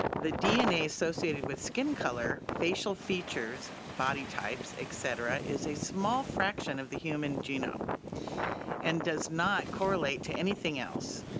the dna associated with skin color, facial features, body types, et cetera, is a small fraction of the human genome and does not correlate to anything else.